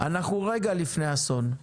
אנחנו רגע לפני אסון.